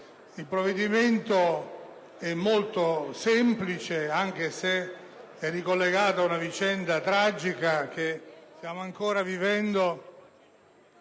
il provvedimento è molto semplice, anche se è collegato ad una vicenda tragica che stiamo ancora vivendo